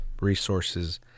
resources